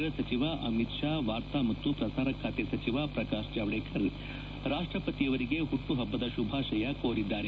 ಗೃಹ ಸಚಿವ ಅಮಿತ್ ಶಾ ವಾರ್ತಾ ಮತ್ತು ಪ್ರಸಾರ ಖಾತೆ ಸಚಿವ ಪ್ರಕಾಶ್ ಜಾವಡೇಕರ್ ರಾಷ್ಟ್ರಪತಿಯವರಿಗೆ ಹುಟ್ಟುಹಬ್ಬದ ಶುಭಾಶಯ ಕೋರಿದ್ದಾರೆ